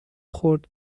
خورد